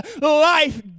life